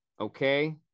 Okay